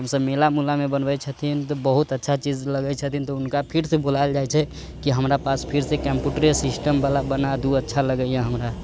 हमसभ मेला मूलामे बनबैत छथिन तऽ बहुत अच्छा चीज लगैत छथिन तऽ हुनका फिरसँ बुलायल जाइत छै कि हमरा पास फिरसँ कम्प्यूटरे सिस्टमवला बना दू अच्छा लगैए हमरा